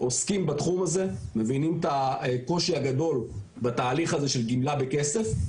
עוסקים בתחום הזה ומבינים את הקושי הגדול בתהליך הזה של גמלה בכסף.